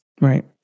Right